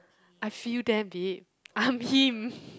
I feel them babe I'm him